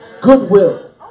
goodwill